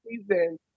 season